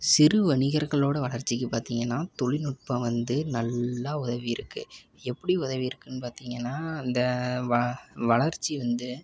சிறு வணிகர்களோடய வளர்ச்சிக்கு பார்த்தீங்கன்னா தொழில்நுட்பம் வந்து நல்லா உதவியிருக்கு எப்டி உதவியிருக்குன்னு பார்த்தீங்கன்னா இந்த வ வளர்ச்சி வந்து